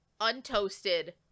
untoasted